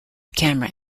camera